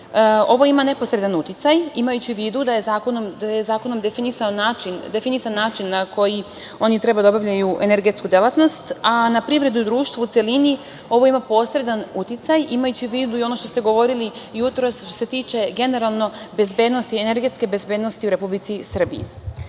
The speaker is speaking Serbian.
ovo ima neposredan uticaj imajući u vidu da je zakonom definisan način na koji oni treba da obavljaju energetsku delatnost, a na privredu i društvo u celini ovo ima posredan uticaj, imajući u vidu i ono što ste govorili jutros što se tiče generalno bezbednost, energetske bezbednosti u Republici Srbiji. Takođe,